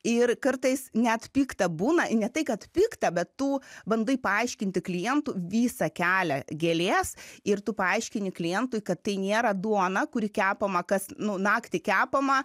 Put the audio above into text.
ir kartais net pikta būna ne tai kad pikta bet tų bandai paaiškinti klientui visą kelią gėlės ir tu paaiškini klientui kad tai nėra duona kuri kepama kas nu naktį kepama